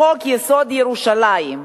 בחוק-יסוד: ירושלים,